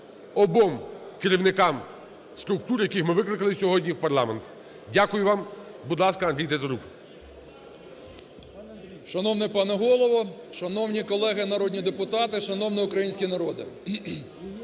обом керівникам структур, яких ми викликали сьогодні в парламент. Дякую вам. Будь ласка, Андрій Тетерук. 10:13:38 ТЕТЕРУК А.А. Шановний пане Голово, шановні колеги народні депутати, шановний український народе!